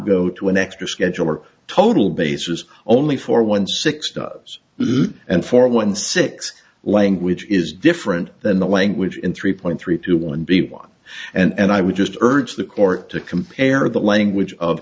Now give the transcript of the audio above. go to an extra schedule or total bases only for one six does and for one six language is different than the language in three point three two one b one and i would just urge the court to compare the language of